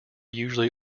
usually